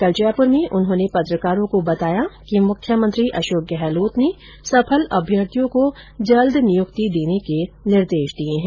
कल जयपुर में उन्होंने पत्रकारों को बताया कि मुख्यमंत्री अशोक गहलोत ने सफल अभ्यर्थियों को जल्द नियुक्ति देने के निर्देश दिये हैं